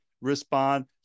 respond